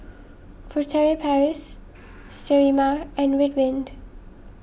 Furtere Paris Sterimar and Ridwind